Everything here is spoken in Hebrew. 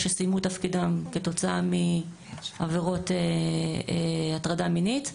שסיימו את תפקידם כתוצאה מעבירות הטרדה מינית,